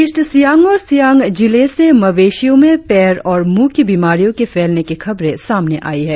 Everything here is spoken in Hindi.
ईस्ट सियांग और सियांग जिले से मवेशियो में पैर और मुँह की बीमारियों के फैलने की खबरे सामने आई है